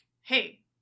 hey